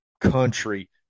country